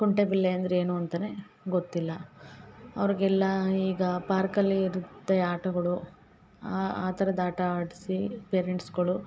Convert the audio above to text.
ಕುಂಟೆಬಿಲ್ಲೆ ಅಂದರೆ ಏನು ಅಂತಾನೆ ಗೊತ್ತಿಲ್ಲ ಅವ್ರುಗೆಲ್ಲ ಈಗ ಪಾರ್ಕಲ್ಲಿ ಇರುತ್ತೆ ಆಟಗಳು ಆ ಆ ಥರದ್ ಆಟ ಆಡ್ಸಿ ಪೇರೆಂಟ್ಸ್ಗಳು